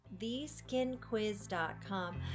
theskinquiz.com